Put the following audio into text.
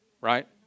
right